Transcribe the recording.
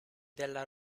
della